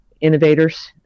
innovators